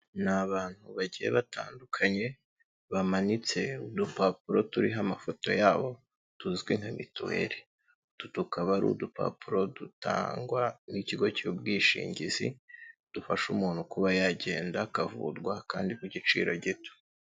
Ni abantu bagiye batandukanye bamanitse udupapuro turiho amafoto yabo tuzwi nka mituweri, utu tukaba ari udupapuro dutangwa n'ikigo cy'ubwishingizi dufasha umuntu kuba yagenda akavurwa kandi ku giciro gito.